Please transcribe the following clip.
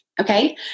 Okay